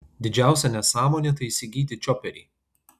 didžiausia nesąmonė tai įsigyti čioperį